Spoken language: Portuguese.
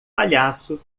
palhaço